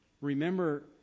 remember